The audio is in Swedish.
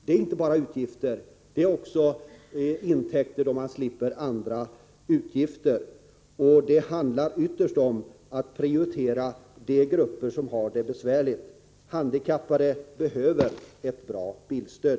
Det är inte bara utgifter, det är också intäkter då man slipper andra utgifter. Det handlar ytterst om att prioritera de grupper som har det besvärligt. Handikappade behöver ett bra bilstöd.